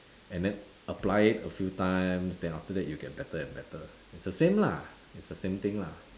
and then apply it a few times then after that you'll get better and better it's the same lah it's the same thing lah